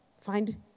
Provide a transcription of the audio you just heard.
Find